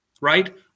right